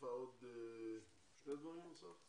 הוסיפה עוד שני דברים והיא תסביר.